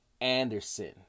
Anderson